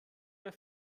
der